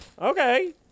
Okay